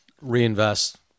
reinvest